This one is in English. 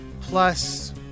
plus